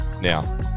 Now